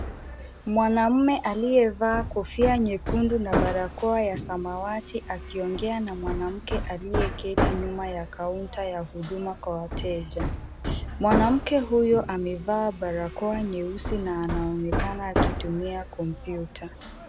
Mwanaume aliyevaa kofia nyekundu na barakoa ya samawati akiongea na mwanamke aliyeketi nyuma ya kaunta ya huduma kwa wateja. Mwanamke huyo amevaa barakoa nyeusi na anaonekana akitumia kompyuta.